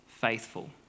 faithful